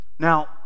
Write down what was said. Now